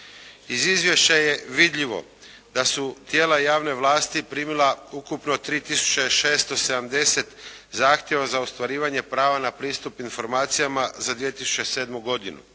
Iz izvješća je vidljivo da su tijela javne vlasti primila ukupno 3 tisuće 670 zahtjeva za ostvarivanje prava na pristup informacijama za 2007. godinu.